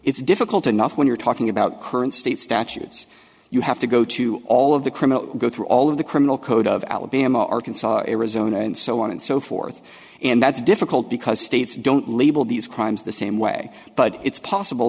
it's difficult enough when you're talking about current state statutes you have to go to all of the criminal go through all of the criminal code of alabama arkansas arizona and so on and so forth and that's difficult because states don't label these crimes the same way but it's possible